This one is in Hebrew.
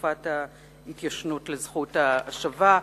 תקופת ההתיישנות לזכות ההשבה.